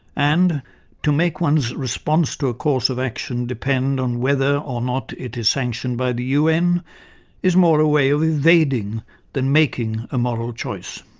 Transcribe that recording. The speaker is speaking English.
and to make one's response to a course of action depend on whether or not it is sanctioned by the un is more a way of evading than of making a moral choice.